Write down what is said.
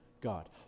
God